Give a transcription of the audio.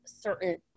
certain